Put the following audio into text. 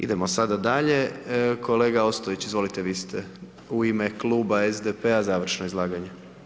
Idemo sada dalje, kolega Ostojić izvolite, vi ste u ime kluba SDP-a, završno izlaganje.